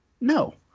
No